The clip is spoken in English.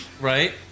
right